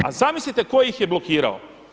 A zamislite tko ih je blokirao?